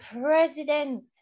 president